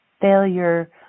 failure